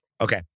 Okay